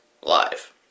live